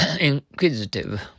Inquisitive